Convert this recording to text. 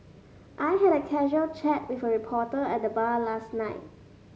I had a casual chat with a reporter at the bar last night